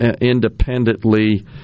independently